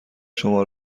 شما